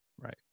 Right